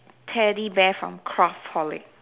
teddy bear from craftaholic